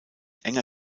enger